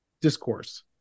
discourse